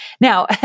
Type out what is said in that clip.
Now